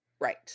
Right